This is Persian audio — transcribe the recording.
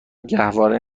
گهواره